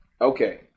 Okay